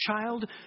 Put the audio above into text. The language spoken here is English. child